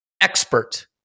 expert